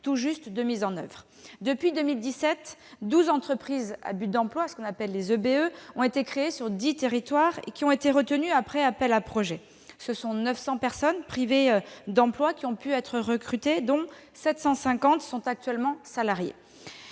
tout juste de mise en oeuvre. Depuis 2017, douze entreprises à but d'emploi (EBE) ont été créées sur les dix territoires qui ont été retenus après appel à projets. Ce sont 900 personnes privées d'emploi qui ont pu être recrutées, dont 750 sont actuellement salariées.